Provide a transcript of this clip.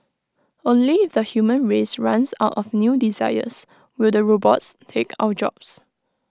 only if the human race runs out of new desires will the robots take our jobs